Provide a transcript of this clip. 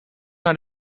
naar